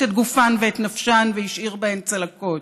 את גופן ואת נפשן והשאיר בהן צלקות.